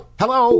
hello